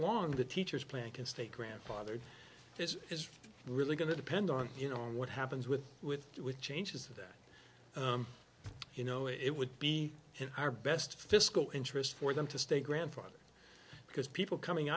long the teachers plan can stay grandfathered this is really going to depend on you know on what happens with with with changes that you know it would be in our best fiscal interest for them to stay grandfathered because people coming